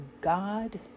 God